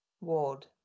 Ward